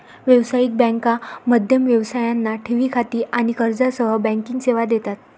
व्यावसायिक बँका मध्यम व्यवसायांना ठेवी खाती आणि कर्जासह बँकिंग सेवा देतात